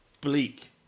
bleak